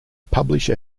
publish